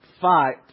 fight